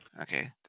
Okay